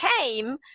came